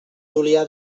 julià